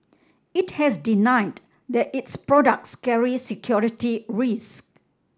it has denied that its products carry security risks